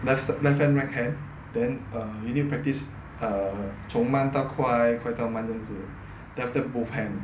that's left hand right hand then err you need practice err 从慢到快快到慢这样子 then after that both hands